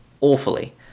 awfully